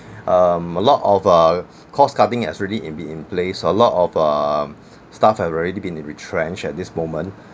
um a lot of uh cost-cutting is already in be in place a lot of um staff has already been retrenched at this moment